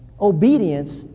Obedience